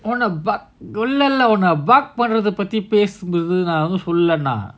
உன்னஇல்லைல்லநான்உன்ன:unna illaila naan unna block பத்திபேசுறதுநான்சொல்லலஇப்ப:patthi pesuradhu naan sollala ippa